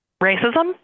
Racism